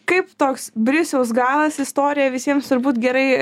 kaip toks brisiaus galas istoriją visiems turbūt gerai